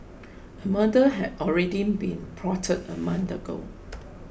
a murder had already been plotted a month ago